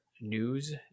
news